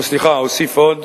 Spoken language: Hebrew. סליחה, אוסיף עוד